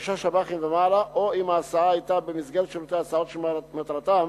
או אם ההסעה היתה במסגרת שירותי הסעות שמטרתם